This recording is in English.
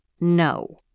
No